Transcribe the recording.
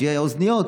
שיהיו לנו אוזניות.